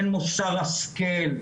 אין מוסר השכל,